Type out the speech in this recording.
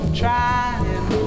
trying